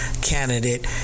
candidate